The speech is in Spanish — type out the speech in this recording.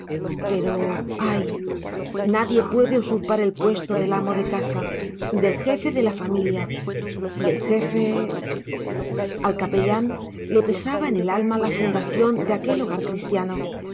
pero ay nadie puede usurpar el puesto del amo de casa del jefe de la familia y el jefe al capellán le pesaba en el alma la fundación de aquel hogar cristiano